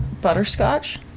butterscotch